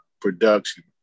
production